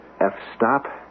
F-stop